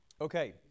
Okay